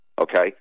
okay